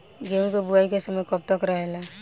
गेहूँ के बुवाई के समय कब तक रहेला?